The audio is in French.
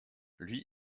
lui